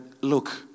look